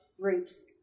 groups